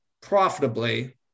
profitably